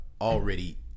already